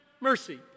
mercy